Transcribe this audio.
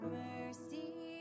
mercy